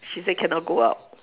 she said cannot go out